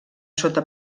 sota